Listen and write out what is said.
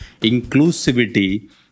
inclusivity